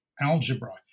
algebra